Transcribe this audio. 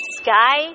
sky